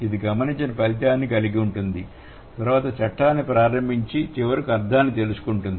ఇది గమనించిన ఫలితాన్ని కలిగి ఉంటుంది తరువాత చట్టాన్ని ప్రారంభించి చివరకు అర్థాన్ని తెలుసుకుంటుంది